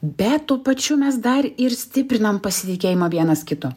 bet tuo pačiu mes dar ir stiprinam pasitikėjimą vienas kitu